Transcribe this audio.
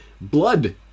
blood